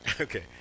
Okay